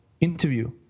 interview